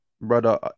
Brother